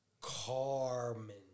Carmen